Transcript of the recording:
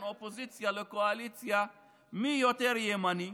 האופוזיציה לקואליציה מי יותר ימני,